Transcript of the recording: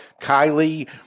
Kylie